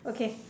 okay